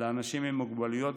ולאנשים עם מוגבלויות,